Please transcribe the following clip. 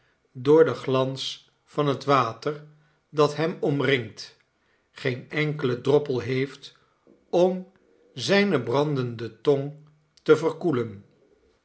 door den glans van het water dat hem omringt geen enkelen droppel heeft om zijne brandende tong te verkoelen